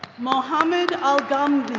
mohammed ah